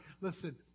listen